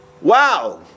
Wow